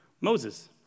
Moses